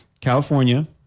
California